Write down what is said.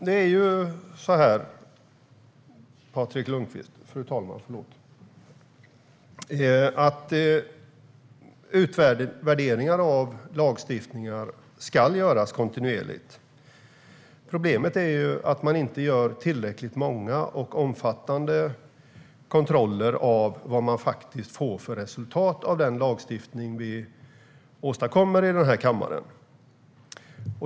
Fru talman! Utvärderingar av lagstiftningen ska göras kontinuerligt, Patrik Lundqvist. Problemet är att man inte gör tillräckligt många och omfattande kontroller av vilka resultat man får av den lagstiftning som vi röstar igenom i kammaren.